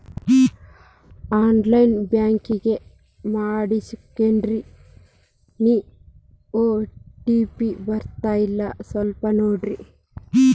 on line banking ಮಾಡಿಸ್ಕೊಂಡೇನ್ರಿ OTP ಬರ್ತಾಯಿಲ್ಲ ಸ್ವಲ್ಪ ನೋಡ್ರಿ